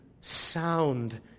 sound